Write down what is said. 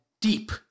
deep